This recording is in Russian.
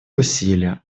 усилия